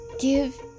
Give